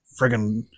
friggin